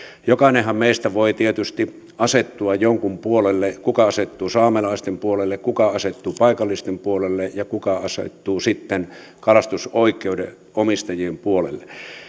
jokainenhan meistä voi tietysti asettua jonkun puolelle kuka asettuu saamelaisten puolelle kuka asettuu paikallisten puolelle ja kuka asettuu sitten kalastusoikeuden omistajien puolelle